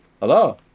Hello